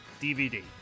DVD